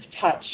touch